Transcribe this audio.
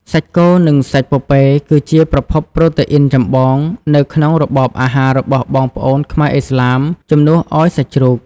សាច់គោ និងសាច់ពពែ គឺជាប្រភពប្រូតេអ៊ីនចម្បងនៅក្នុងរបបអាហាររបស់បងប្អូនខ្មែរឥស្លាម ជំនួសឱ្យសាច់ជ្រូក។